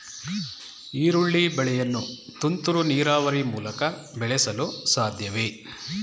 ಈರುಳ್ಳಿ ಬೆಳೆಯನ್ನು ತುಂತುರು ನೀರಾವರಿ ಮೂಲಕ ಬೆಳೆಸಲು ಸಾಧ್ಯವೇ?